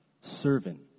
servant